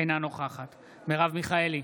אינה נוכחת מרב מיכאלי,